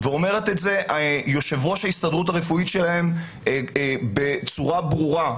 ואומרת את זה יושב ראש ההסתדרות הרפואית שלהם בצורה ברורה,